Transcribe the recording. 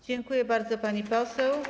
Dziękuję bardzo, pani poseł.